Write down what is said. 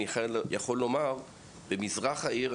במזרח העיר,